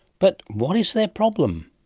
but what is their problem?